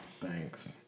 thanks